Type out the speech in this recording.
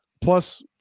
plus